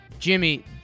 Jimmy